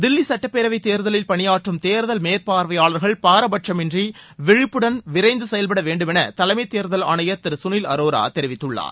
தில்லி சட்டப்பேரவைத் தேர்தலில் பணியாற்றும் தேர்தல் மேற்பார்வையாளர்கள் பாரபட்சமின்றி விழிப்புடன் விரைந்து செயல்பட வேண்டுமென தலைமைத் தேர்தல் ஆணையர் திரு கனில் அரோரா தெரிவித்துள்ளார்